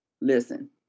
Listen